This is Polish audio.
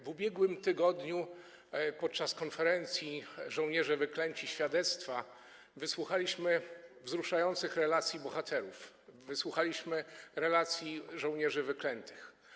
W ubiegłym tygodniu podczas konferencji „Żołnierze Wyklęci - świadectwa” wysłuchaliśmy wzruszających relacji bohaterów, wysłuchaliśmy relacji żołnierzy wyklętych.